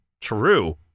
true